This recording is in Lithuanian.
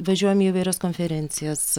važiuojam į įvairias konferencijas